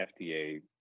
FDA